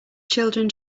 children